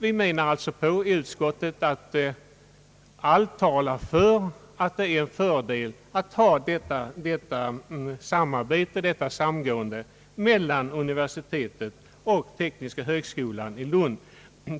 Inom utskottet anser vi sålunda att allt talar för att det är en fördel att ha ett samarbete och ett samgående mellan universitetet och tekniska högskolan i Lund.